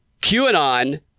QAnon